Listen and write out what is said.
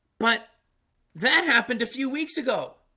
but that happened a few weeks ago